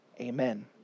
amen